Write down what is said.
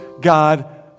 God